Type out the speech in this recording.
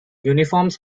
uniforms